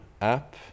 app